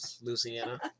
Louisiana